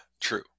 true